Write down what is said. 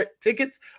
tickets